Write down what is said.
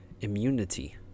immunity